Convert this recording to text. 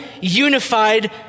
unified